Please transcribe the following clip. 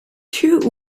two